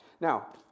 Now